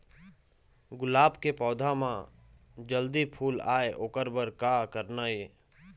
गुलाब के पौधा म जल्दी फूल आय ओकर बर का करना ये?